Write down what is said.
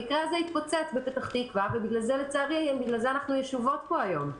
המקרה בפתח תקווה התפוצץ ובגלל זה לצערי אנחנו ישובות פה היום,